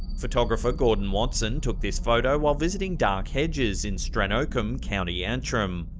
photographer gordon watson took this photo while visiting dark hedges in stranocum, county antrim.